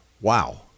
Wow